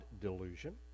Delusion